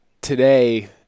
today